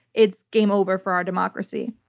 it's game over for our democracy.